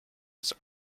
his